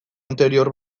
anterior